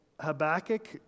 Habakkuk